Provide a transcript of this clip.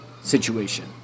situation